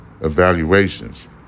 evaluations